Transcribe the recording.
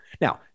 Now